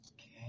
okay